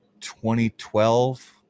2012